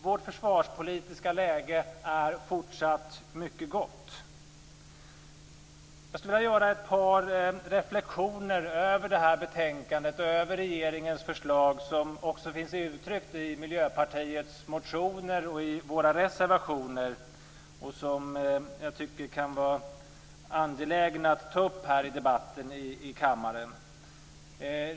Vårt försvarspolitiska läge är fortsatt mycket gott. Jag skulle vilja göra ett par reflexioner över det här betänkandet och över regeringens förslag. De finns också uttryckta i Miljöpartiets motioner och reservationer, och jag tycker att de kan vara angelägna att ta upp här i debatten i kammaren.